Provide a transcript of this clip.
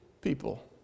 people